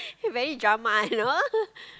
very drama you know